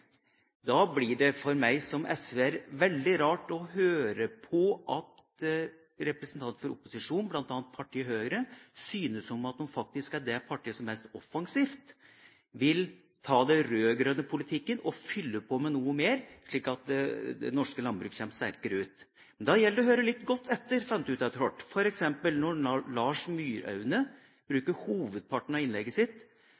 da blir det for meg som SV-er veldig rart å høre på representanter for opposisjonen, bl.a. partiet Høyre, som synes at de faktisk er det partiet som er mest offensivt. De vil ta den rød-grønne politikken og fylle på med noe mer, slik at det norske landbruket kommer sterkere ut. Da gjelder det å høre litt godt etter, fant jeg ut etter hvert, f.eks. når Lars Myraune